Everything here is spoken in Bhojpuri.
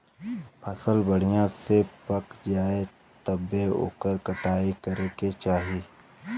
फसल बढ़िया से पक जाये तब्बे ओकर कटाई करे के चाही